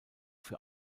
für